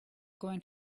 going